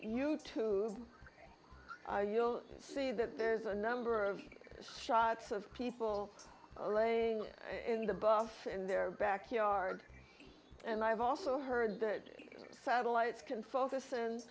youtube you'll see that there's a number of shots of people laying in the buff in their backyard and i've also heard that satellites can focus